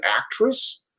actress